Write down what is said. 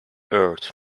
earth